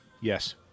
Yes